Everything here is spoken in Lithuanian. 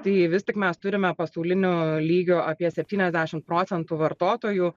tai vis tik mes turime pasauliniu lygiu apie septyniasdešimt procentų vartotojų